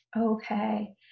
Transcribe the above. Okay